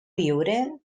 viure